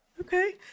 okay